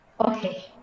Okay